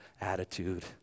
attitude